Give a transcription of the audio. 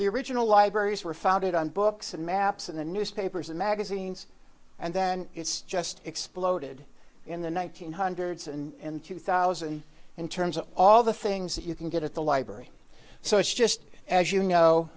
the original libraries were founded on books and maps and the newspapers and magazines and then it's just exploded in the one nine hundred and two thousand and terms all the things that you can get at the library so it's just as you know